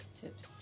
tips